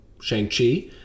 Shang-Chi